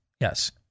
Yes